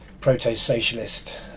proto-socialist